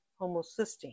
homocysteine